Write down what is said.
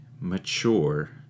mature